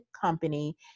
Company